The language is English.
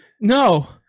No